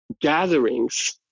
gatherings